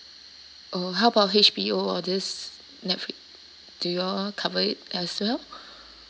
oh how about H_B_O all these netflix do you all cover it as well